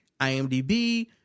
imdb